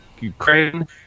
Ukraine